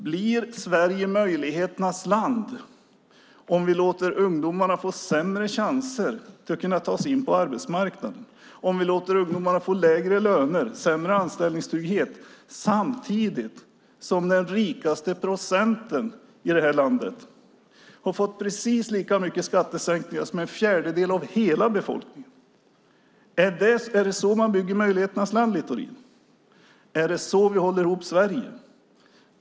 Blir Sverige möjligheternas land om vi låter ungdomarna få sämre chanser att ta sig in på arbetsmarknaden, om vi låter ungdomarna få lägre löner och sämre anställningstrygghet samtidigt som den rikaste procenten i landet har fått precis lika mycket skattesänkningar som en fjärdedel av hela befolkningen? Är det så man bygger möjligheternas land, Littorin? Är det så vi håller ihop Sverige?